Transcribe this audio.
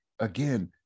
again